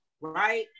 right